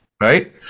right